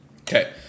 Okay